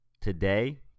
today